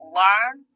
learn